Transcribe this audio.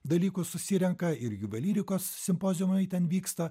dalykus susirenka ir juvelyrikos simpoziumai ten vyksta